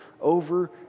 over